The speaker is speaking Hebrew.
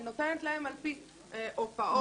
אני נותנת להם על פי הופעות של מוסיקה, תיאטרון.